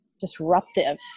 disruptive